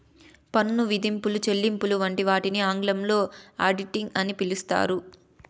పన్ను విధింపులు, చెల్లింపులు వంటి వాటిని ఆంగ్లంలో ఆడిటింగ్ అని పిలుత్తారు